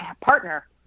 partner